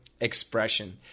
expression